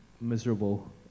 miserable